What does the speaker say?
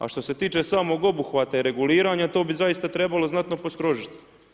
A što se tiče samog obuhvata i reguliranja to bi zaista trebalo znatno postrožiti.